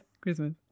Christmas